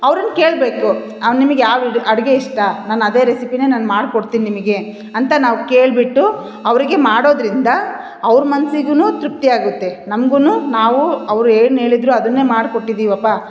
ಅವ್ರನ್ನು ಕೇಳಬೇಕು ನಿಮ್ಗೆ ಯಾವ್ದು ಅಡಿಗೆ ಇಷ್ಟ ನಾನು ಅದೇ ರೆಸಿಪಿನೆ ನಾನು ಮಾಡಿ ಕೊಡ್ತಿನಿ ನಿಮಗೆ ಅಂತ ನಾವು ಕೇಳಿಬಿಟ್ಟು ಅವರಿಗೆ ಮಾಡೋದರಿಂದ ಅವ್ರು ಮನ್ಸಿಗು ತೃಪ್ತಿ ಆಗುತ್ತೆ ನಮ್ಗು ನಾವು ಅವ್ರು ಏನು ಹೇಳಿದ್ರು ಅದನ್ನೆ ಮಾಡಿ ಕೊಟ್ಟಿದ್ದೀವಪ್ಪ